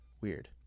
Weird